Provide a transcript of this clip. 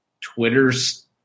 Twitter's